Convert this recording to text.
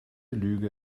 lüge